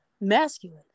masculine